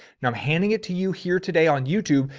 now i'm handing it to you here today on youtube,